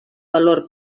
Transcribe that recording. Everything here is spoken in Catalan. valor